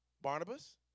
Barnabas